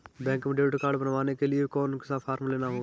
Bank में debit card बनवाने के लिए कौन सा फॉर्म लेना है?